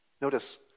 Notice